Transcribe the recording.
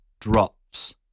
drops